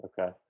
Okay